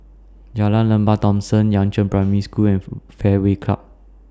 Jalan Lembah Thomson Yangzheng Primary School and Fairway Club